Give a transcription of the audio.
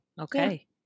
Okay